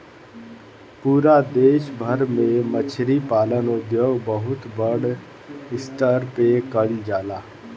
पूरा देश भर में मछरी पालन उद्योग बहुते बड़ स्तर पे कईल जाला